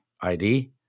ID